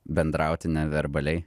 bendrauti neverbaliai